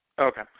Okay